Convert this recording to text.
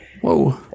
Whoa